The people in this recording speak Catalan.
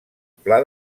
pla